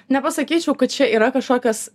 nepasakyčiau kad čia yra kažkokios